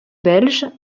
belge